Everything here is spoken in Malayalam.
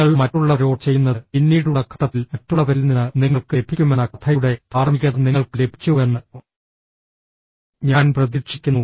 നിങ്ങൾ മറ്റുള്ളവരോട് ചെയ്യുന്നത് പിന്നീടുള്ള ഘട്ടത്തിൽ മറ്റുള്ളവരിൽ നിന്ന് നിങ്ങൾക്ക് ലഭിക്കുമെന്ന കഥയുടെ ധാർമ്മികത നിങ്ങൾക്ക് ലഭിച്ചുവെന്ന് ഞാൻ പ്രതീക്ഷിക്കുന്നു